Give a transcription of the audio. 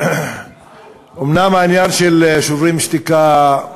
אמנם העניין של "שוברים שתיקה"